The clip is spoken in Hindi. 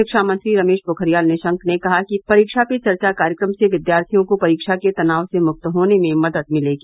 शिक्षा मंत्री रमेश पोखरियाल निशंक ने कहा कि परीक्षा पे चर्चा कार्यक्रम से विद्यार्थियों को परीक्षा के तनाव से मुक्त होने में मदद मिलेगी